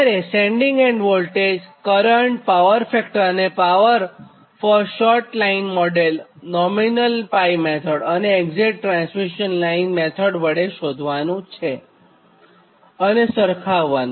તમારે sending end voltage current power factor અને power short line model માટે નોમિનલ 𝜋 મેથડ અને એક્ઝેટ ટ્રાન્સમિશન લાઇન મેથડ વડે શોધો અને બંને સરખાવો